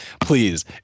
Please